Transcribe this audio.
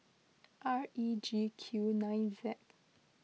R E G Q nine Z